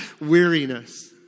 weariness